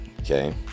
Okay